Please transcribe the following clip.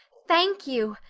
thank you.